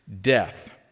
Death